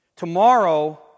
Tomorrow